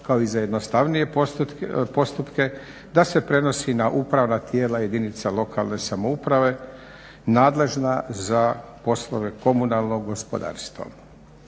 kao i za jednostavnije postupke da se prenosi na upravna tijela jedinica lokalne samouprave nadležna za poslove komunalnog gospodarstva.